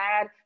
add